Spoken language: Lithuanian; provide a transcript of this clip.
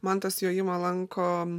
mantas jojimą lanko